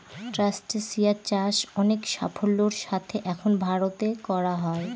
ট্রাস্টেসিয়া চাষ অনেক সাফল্যের সাথে এখন ভারতে করা হয়